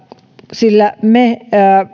sillä me